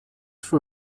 for